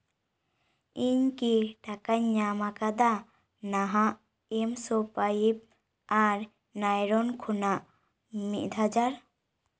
ᱤᱧᱠᱤ ᱴᱟᱠᱟᱧ ᱧᱟᱢᱟᱠᱟᱫᱟ ᱱᱟᱦᱟᱜ ᱮᱢ ᱥᱳ ᱯᱟᱭᱤᱯ ᱟᱨ ᱱᱟᱭᱨᱚᱱ ᱠᱷᱚᱱᱟᱜ ᱢᱤᱫ ᱦᱟᱡᱟᱨ